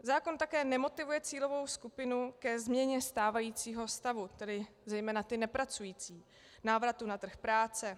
Zákon také nemotivuje cílovou skupinu ke změně stávajícího stavu, tedy zejména ty nepracující k návratu na trh práce.